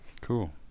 cool